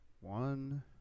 one